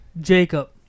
Jacob